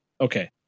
Okay